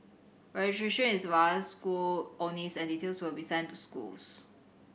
is via school only and details will be sent to schools